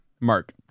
mark